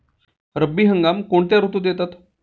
रब्बी हंगाम कोणत्या ऋतूत येतात?